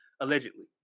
allegedly